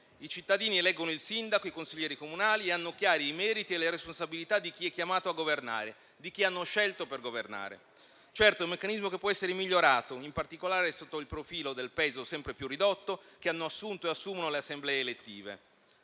I cittadini eleggono il sindaco e i consiglieri comunali e hanno chiari i meriti e le responsabilità di chi è chiamato a governare, di chi hanno scelto per governare. Certo, è un meccanismo che può essere migliorato, in particolare sotto il profilo del peso sempre più ridotto che hanno assunto e assumono le assemblee elettive.